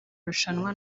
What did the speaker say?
rushanwa